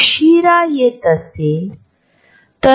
हे झोन फारच काटेकोरपणे बदलले नाहीत किरकोळ बदल होऊ शकतात